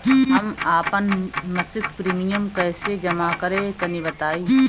हम आपन मसिक प्रिमियम कइसे जमा करि तनि बताईं?